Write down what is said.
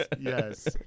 Yes